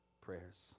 prayers